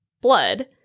blood